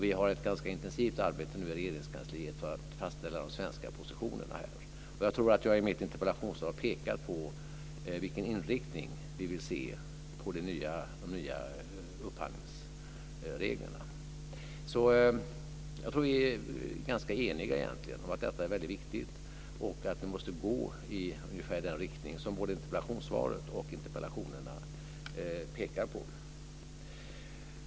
Vi har ett ganska intensivt arbete i Regeringskansliet nu för att fastställa de svenska positionerna. Jag pekar i mitt svar på vilken inriktning vi vill se på de nya upphandlingsreglerna. Jag tror att vi är ganska eniga om att detta är väldigt viktigt och att vi måste gå i ungefär den riktning som både interpellationssvaret och interpellationerna pekar på.